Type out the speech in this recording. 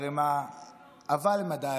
היא ערמה עבה למדי,